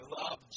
love